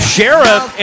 Sheriff